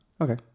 okay